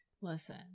Listen